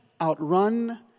Outrun